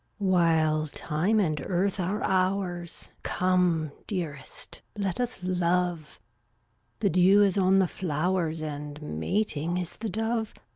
while time and earth are ours, come, dearest, let us love the dew is on the flowers, and mating is the dove.